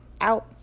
out